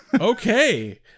Okay